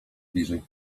bliżej